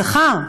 זכר,